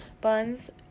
buns